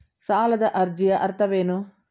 ಸಾಲದ ಅರ್ಜಿಯ ಅರ್ಥವೇನು?